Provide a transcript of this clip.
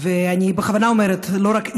אני בכוונה אומרת לא רק איראן,